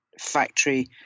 Factory